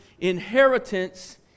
inheritance